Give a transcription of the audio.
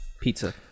Pizza